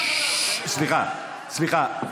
סליחה, סליחה.